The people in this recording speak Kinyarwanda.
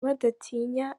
badatinya